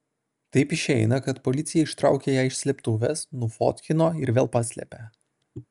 taip išeina kad policija ištraukė ją iš slėptuvės nufotkino ir vėl paslėpė